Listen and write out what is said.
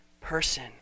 person